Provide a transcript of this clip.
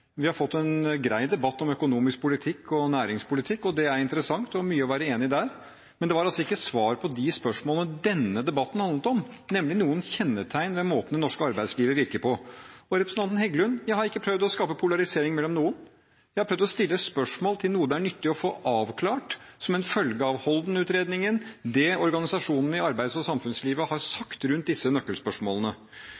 de spørsmålene denne debatten handlet om, nemlig noen kjennetegn ved måten det norske arbeidslivet virker på. Til representanten Heggelund: Jeg har ikke prøvd å skape polarisering mellom noen. Jeg har prøvd å stille spørsmål om noe det er nyttig å få avklart som en følge av Holden III-utredningen – det organisasjonene i samfunns- og arbeidslivet har